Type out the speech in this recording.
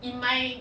in my